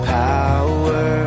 power